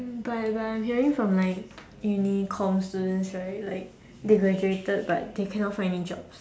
but but I hearing from like uni comm students right like they graduated but they cannot find any jobs